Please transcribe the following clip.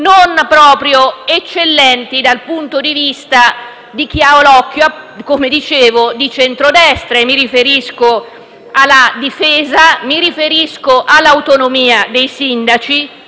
non proprio eccellenti dal punto di vista di chi ha l'occhio, come dicevo, di centrodestra. Mi riferisco ai temi della difesa, dell'autonomia dei sindaci,